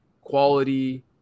quality